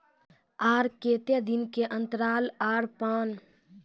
आर केते दिन के अन्तराल आर तापमान पर देबाक चाही?